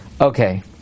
okay